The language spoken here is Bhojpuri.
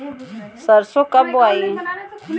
सरसो कब बोआई?